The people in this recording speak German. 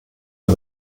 ihr